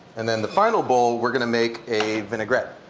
and then the final bowl we're going to make a vinaigrette.